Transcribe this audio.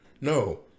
no